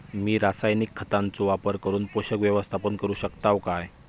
मी रासायनिक खतांचो वापर करून पोषक व्यवस्थापन करू शकताव काय?